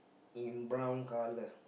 in brown colour